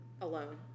Alone